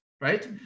right